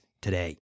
today